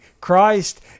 Christ